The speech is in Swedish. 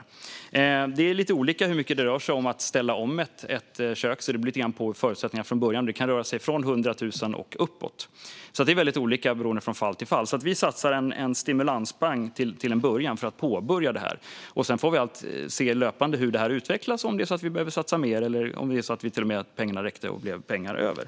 Det rör sig om lite olika summor för att ställa om ett kök. Det beror på förutsättningarna från början. Det kan röra sig om alltifrån 100 000 och uppåt. Det är väldigt olika från fall till fall. Vi satsar till en början en stimulanspeng för att de ska kunna påbörja detta. Sedan får vi löpande se hur det utvecklas. Kanske behöver vi satsa mer, eller så räcker pengarna och blir till och med över.